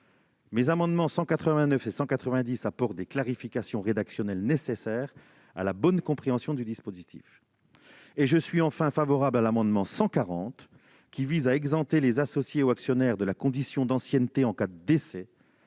Mes amendements n 189 et 190 visent à apporter des clarifications rédactionnelles nécessaires à la bonne compréhension du dispositif. Enfin, je suis favorable à l'amendement n° 140 rectifié, qui vise à exempter les associés ou actionnaires de la condition d'ancienneté en cas de décès,